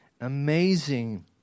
amazing